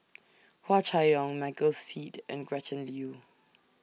Hua Chai Yong Michael Seet and Gretchen Liu